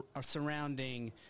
surrounding